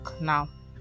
now